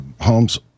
homes